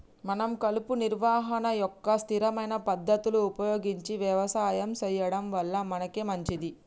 మనం కలుపు నిర్వహణ యొక్క స్థిరమైన పద్ధతులు ఉపయోగించి యవసాయం సెయ్యడం వల్ల మనకే మంచింది